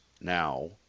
now